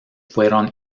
fueron